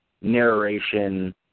narration